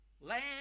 land